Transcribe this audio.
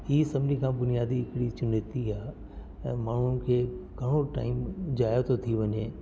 इहा सभिनी खां बुनियादी हिकड़ी चुनौती आहे ऐं माण्हुनि खे घणो टाईम ज़ायो थो थी वञे